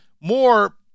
more